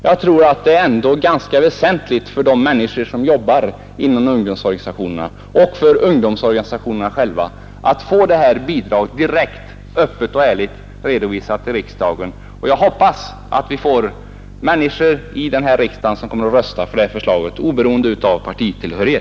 Jag tror ändå att det är ganska väsentligt för de människor som jobbar i ungdomsorganisationerna att få det här bidraget öppet och ärligt redovisat till riksdagen, och jag hoppas att det är ledamöter här i riksdagen som kommer att rösta för det förslaget oberoende av partitillhörighet.